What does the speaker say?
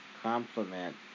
compliment